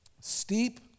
steep